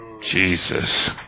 Jesus